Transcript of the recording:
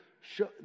show